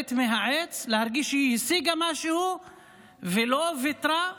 לרדת מהעץ, להרגיש שהיא השיגה משהו ולא ויתרה.